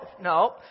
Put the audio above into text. no